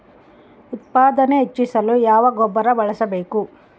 ಉತ್ಪಾದನೆ ಹೆಚ್ಚಿಸಲು ಯಾವ ಗೊಬ್ಬರ ಬಳಸಬೇಕು?